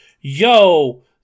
yo